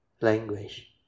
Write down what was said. language